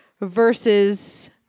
versus